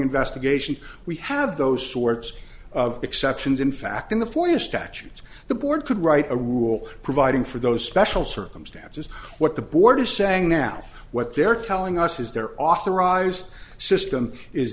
investigation we have those sorts of exceptions in fact in the form of statutes the board could write a rule providing for those special circumstances what the board is saying now what they're telling us is they're authorized system is